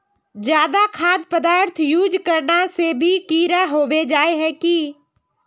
ज्यादा खाद पदार्थ यूज करना से भी कीड़ा होबे जाए है की?